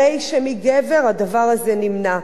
הרי מגבר הדבר הזה נמנע.